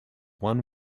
one